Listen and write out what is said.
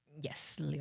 Yes